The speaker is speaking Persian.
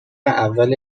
اول